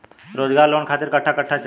रोजगार लोन खातिर कट्ठा कट्ठा चाहीं?